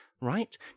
right